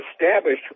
established